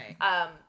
Right